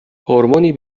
هورمونی